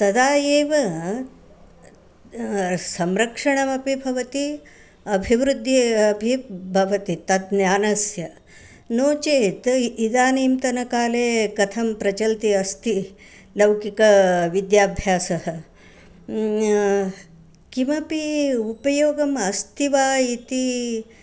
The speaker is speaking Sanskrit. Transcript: तदा एव संरक्षणमपि भवति अभिवृद्धिः अपि भवति तत् ज्ञानस्य नो चेत् इदानीन्तनकाले कथं प्रचलति अस्ति लौकिकाविद्याभ्यासः किमपि उपयोगम् अस्ति वा इति